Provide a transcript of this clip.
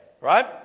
Right